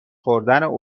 خوردن